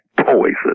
poison